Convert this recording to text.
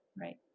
Right